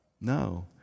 No